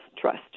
trust